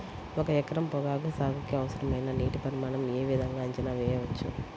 ఒక ఎకరం పొగాకు సాగుకి అవసరమైన నీటి పరిమాణం యే విధంగా అంచనా వేయవచ్చు?